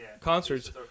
Concerts